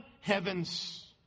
heavens